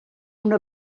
una